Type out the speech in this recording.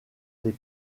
des